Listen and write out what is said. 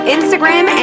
Instagram